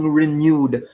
renewed